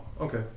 okay